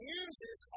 uses